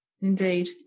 Indeed